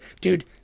dude